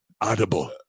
audible